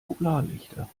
polarlichter